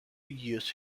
used